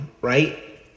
right